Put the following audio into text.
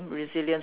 resilience